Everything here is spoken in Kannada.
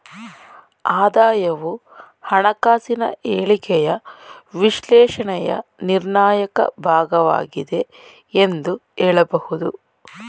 ಆದಾಯವು ಹಣಕಾಸಿನ ಹೇಳಿಕೆಯ ವಿಶ್ಲೇಷಣೆಯ ನಿರ್ಣಾಯಕ ಭಾಗವಾಗಿದೆ ಎಂದು ಹೇಳಬಹುದು